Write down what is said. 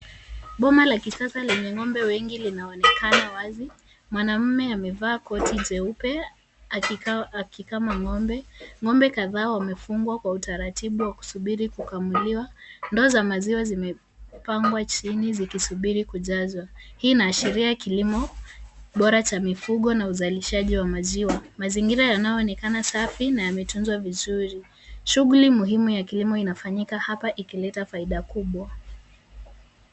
Boma la kisasa lenye ng'ombe wengi linaonekana wazi. Mwanamume amevaa koti Jeupe akikama ng'ombe. Ng'ombe kadhaa wamefungwa kwa utaratibu wa kusubiri kukamuliwa. Ndoo za maziwa zimepangwa chini zikisubiri kujazwa. Hii inaashiria kilimo bora cha mifugo na uzalishaji wa maziwa. Mazingira yanayoonekana safi na yametunzwa vizuri. Shughuli muhimu ya kilimo inafanyika hapa ikileta faida kubwa.